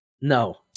no